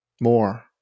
more